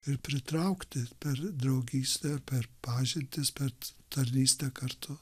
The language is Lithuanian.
ir pritraukti per draugystę per pažintis per tarnystę kartu